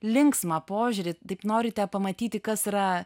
linksmą požiūrį taip norite pamatyti kas yra